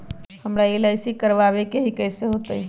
हमरा एल.आई.सी करवावे के हई कैसे होतई?